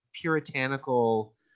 puritanical